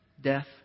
death